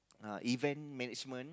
a event management